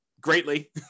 greatly